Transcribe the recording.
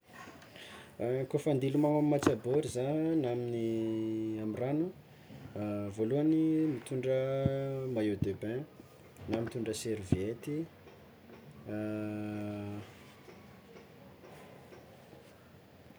Kôfa ande hilomany amy mantsabory zah na amy ragno voalohany mitondra maillot de bain na mitondra serviety.